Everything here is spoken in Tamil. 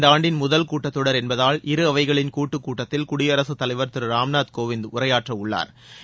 இந்தாண்டின் முதல் கூட்டத்தொடர் இது என்பதால் இரு அவைகளின் கூட்டுக் கூட்டத்தில் குடியரசுத் தலைவா் திரு ராம்நாத் கோவிந்த் உரையாற்ற உள்ளாா்